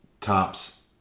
tops